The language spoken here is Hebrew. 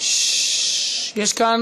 יש כאן